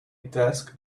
desk